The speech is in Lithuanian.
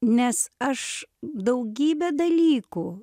nes aš daugybę dalykų